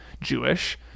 Jewish